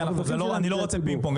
כי אני לא רוצה פינג-פונג,